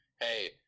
hey